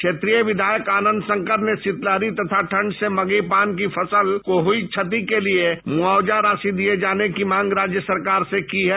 क्षेत्रीय विधायक आनंद शंकर ने शीतलहरी तथा ठंड से मगही पान की हुई क्षति के लिये मुआवजा राशि दिये जाने की मांग राज्य सरकार से की है